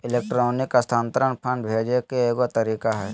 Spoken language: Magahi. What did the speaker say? इलेक्ट्रॉनिक स्थानान्तरण फंड भेजे के एगो तरीका हइ